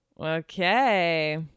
Okay